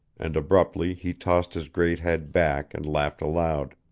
and abruptly he tossed his great head back and laughed aloud.